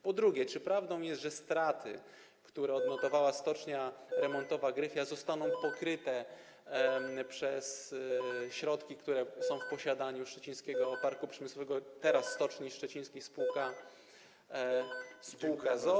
Po drugie, czy prawdą jest, że straty, które odnotowała stocznia remontowa Gryfia zostaną pokryte ze środków, które są w posiadaniu Szczecińskiego Parku Przemysłowego, teraz Stoczni Szczecińskiej sp. z o.o.